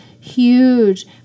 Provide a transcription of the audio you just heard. huge